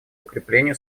укреплению